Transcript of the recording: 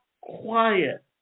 quiet